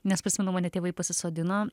nes prisimenu mane tėvai pasisodino